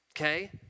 Okay